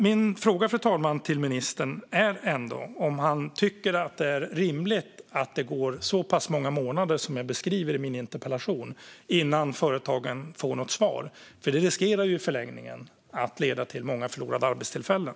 Min fråga, fru talman, till ministern är ändå om han tycker att det är rimligt att det går så pass många månader som jag beskriver i min interpellation innan företagen får något svar, för det riskerar i förlängningen att leda till många förlorade arbetstillfällen.